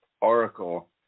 oracle